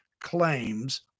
claims